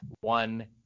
one